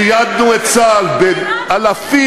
ציידנו את צה"ל באלפים,